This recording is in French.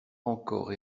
encore